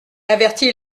averti